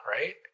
right